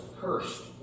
cursed